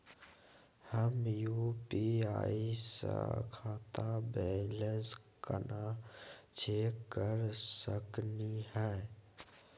हम यू.पी.आई स खाता बैलेंस कना चेक कर सकनी हे?